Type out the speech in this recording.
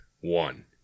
One